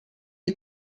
die